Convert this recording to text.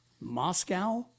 Moscow